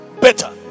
better